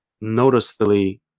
noticeably